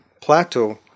plateau